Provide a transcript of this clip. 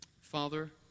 father